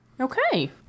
Okay